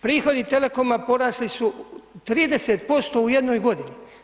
Prihodi Telekoma porasli su 30% u jednoj godini.